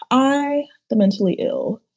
i the mentally ill.